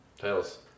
Tails